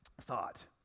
thought